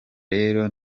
rero